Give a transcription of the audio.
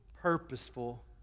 purposeful